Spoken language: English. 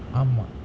ஆமா:aamaa